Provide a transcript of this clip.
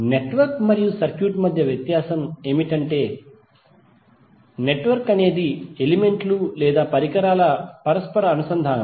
network మరియు circuit మధ్య వ్యత్యాసం ఏమిటంటే నెట్వర్క్ అనేది ఎలిమెంట్లు లేదా పరికరాల పరస్పర అనుసంధానం